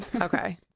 Okay